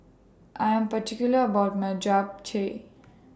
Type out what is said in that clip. I Am particular about My Japchae